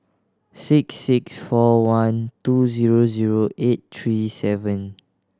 six six four one two zero zero eight three seven